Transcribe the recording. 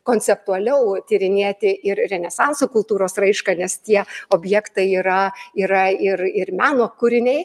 konceptualiau tyrinėti ir renesanso kultūros raišką nes tie objektai yra yra ir ir meno kūriniai